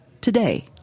Today